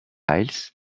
mills